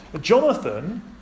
Jonathan